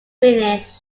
finish